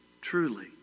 Truly